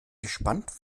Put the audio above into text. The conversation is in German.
gespannt